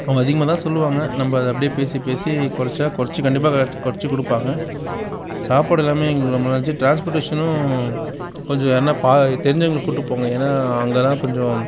அவங்க அதிகமாக தான் சொல்லுவாங்க நம்ம அதை அப்படியே பேசி பேசி குறைச்சா குறைச்சி கண்டிப்பாக எல்லாத்துக்கும் குறைச்சி கொடுப்பாங்க சாப்பாடு எல்லாமே இங்கே ரொம்ப நல்லாயிருந்துச்சு ட்ரான்ஸ்போர்ட்டேஷனும் கொஞ்சம் யாருன்னால் தெரிஞ்சவங்ள கூட்டு போங்க ஏன்னால் அங்கெலாம் கொஞ்சம்